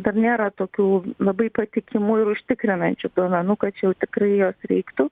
dar nėra tokių labai patikimų ir užtikrinančių duomenų kad čia jau tikrai jos reiktų